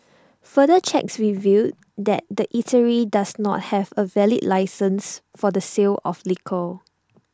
further checks revealed that the eatery does not have A valid licence for the sale of liquor